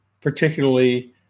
particularly